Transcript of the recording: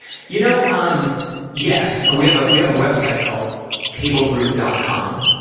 you know um yes. we have we have a web site called tablegroup dot com.